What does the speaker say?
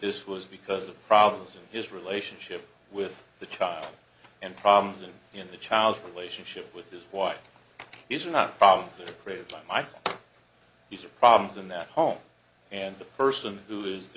this was because of problems in his relationship with the child and problems in the child relationship with this wife these are not problems created by my use of problems in that home and the person who is